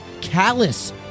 callous